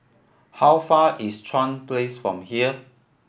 how far is Chuan Place from here